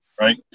right